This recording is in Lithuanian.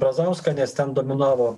brazauską nes ten dominavo